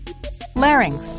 Larynx